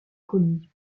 colis